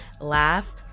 laugh